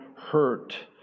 hurt